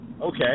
Okay